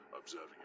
observing